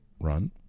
run